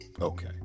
Okay